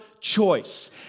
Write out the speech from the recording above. choice